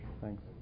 thanks